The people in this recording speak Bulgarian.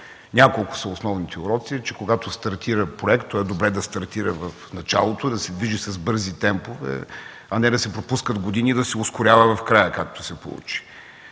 Няколко са основните уроци: когато стартира проект е добре да стартира в началото, да се движи с бързи темпове, а не да се пропускат години и да се ускорява в края, както се получи;